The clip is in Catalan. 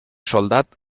soldat